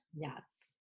Yes